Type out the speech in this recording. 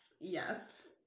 yes